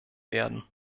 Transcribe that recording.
werden